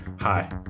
Hi